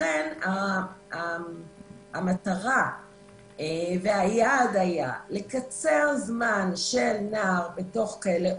לכן המטרה והיעד היו לקצר זמן של נער בתוך כלא "אופק"